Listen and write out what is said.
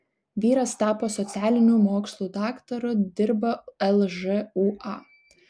vyras tapo socialinių mokslų daktaru dirba lžūa